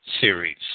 series